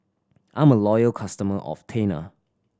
I'm a loyal customer of Tena